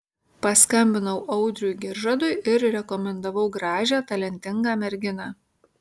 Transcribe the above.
paskambinau audriui giržadui ir rekomendavau gražią talentingą merginą